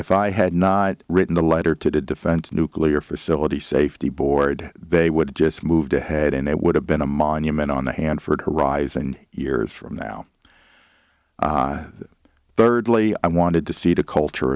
if i had not written a letter to the defense nuclear facility safety board they would just moved ahead and it would have been a monument on the hanford horizon and years from now thirdly i wanted to see the culture